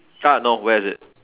ah no where is it